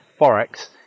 Forex